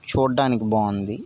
చూడడానికి బాగుంది